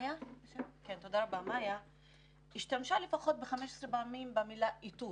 יכולתם לראות שהיא השתמשה לפחות 15 פעמים במילה "איתור".